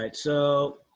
like so